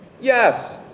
Yes